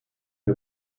the